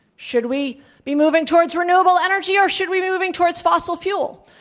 should we be moving towards renewable energy? or should we be moving towards fossil fuel?